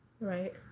Right